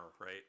right